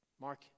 Mark